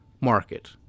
market